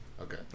Okay